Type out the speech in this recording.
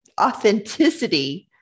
authenticity